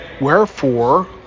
Wherefore